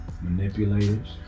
manipulators